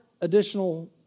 additional